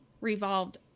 revolved